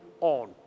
on